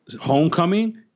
Homecoming